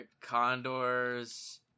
condors